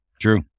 True